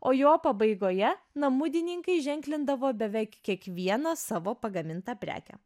o jo pabaigoje namudininkai ženklindavo beveik kiekvieną savo pagamintą prekę